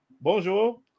bonjour